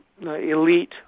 elite